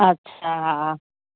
अच्छा हा